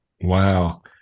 Wow